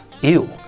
Ew